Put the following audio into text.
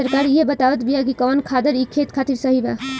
सरकार इहे बतावत बिआ कि कवन खादर ई खेत खातिर सही बा